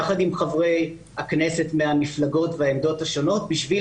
יחד עם חברי הכנסת עם העמדות והדעות השונות בשביל